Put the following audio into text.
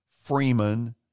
Freeman